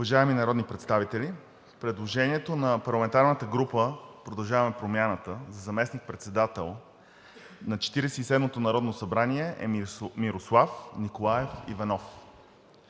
Уважаеми народни представители, предложението на парламентарната група на „Продължаваме Промяната“ за заместник-председател на Четиридесет и седмото народно събрание е Мирослав Николаев Иванов.